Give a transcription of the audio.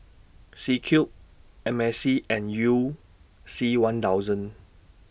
C Cube M A C and YOU C one thousand